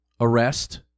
Arrest